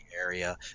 area